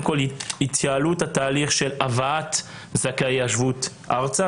התהליך של הבאת זכאי השבות ארצה,